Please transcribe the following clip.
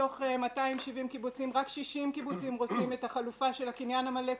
מתוך 270 קיבוצים רק 60 קיבוצים רוצים את החלופה של הקניין המלא.